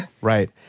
Right